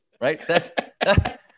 right